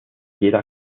jeder